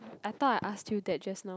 I thought I asked you that just now